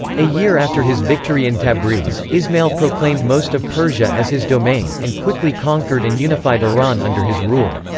a year after his victory in tabriz, ismail proclaimed most of persia as his domain, and quickly conquered and unified iran under his rule.